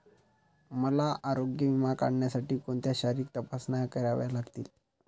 मला आरोग्य विमा काढण्यासाठी कोणत्या शारीरिक तपासण्या कराव्या लागतील?